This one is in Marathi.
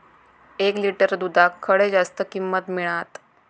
एक लिटर दूधाक खडे जास्त किंमत मिळात?